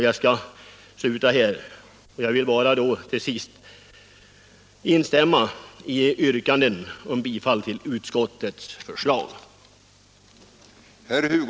Jag vill bara till sist instämma i yrkandet om bifall till utskottets förslag.